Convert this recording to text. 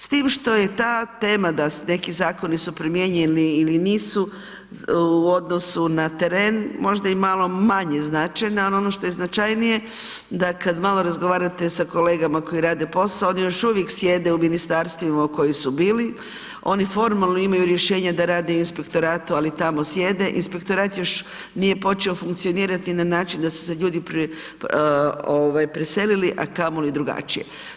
S tim što je ta tema da neki zakoni su primjenjivi ili nisu u odnosu na teren, možda i malo manje značajna ali ono što je značajnije da kad malo razgovarate sa kolegama koji rade posao, oni još uvijek sjede u ministarstvima u kojima su bili, oni formalno imaju rješenje da rade u inspektoratu ali tamo sjede, inspektorat još nije počeo funkcionirati na način da su se ljudi preselili a kamoli drugačije.